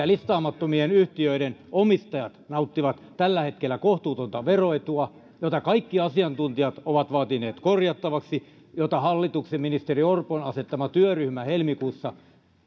listaamattomien yhtiöiden omistajat nauttivat tällä hetkellä kohtuutonta veroetua jota kaikki asiantuntijat ovat vaatineet korjattavaksi jota hallituksen ministeri orpon asettama työryhmä helmikuussa